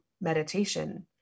meditation